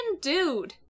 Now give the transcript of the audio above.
Dude